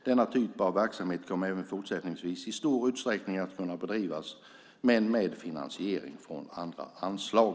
Denna typ av verksamhet kommer även fortsättningsvis i stor utsträckning att kunna bedrivas, men med finansiering från andra anslag.